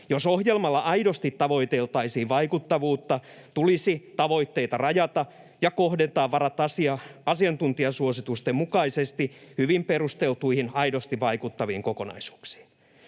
Jos ohjelmalla aidosti tavoiteltaisiin vaikuttavuutta, tulisi tavoitteita rajata ja kohdentaa varat asiantuntijasuositusten mukaisesti hyvin perusteltuihin, aidosti vaikuttaviin kokonaisuuksiin.